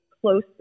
close